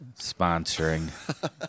sponsoring